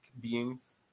beings